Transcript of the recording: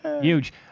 Huge